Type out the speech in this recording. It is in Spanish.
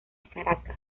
caracas